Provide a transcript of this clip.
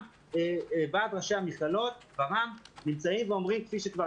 גם ועד ראשי המכללות אומרים שהם פועלים